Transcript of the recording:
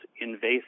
invasive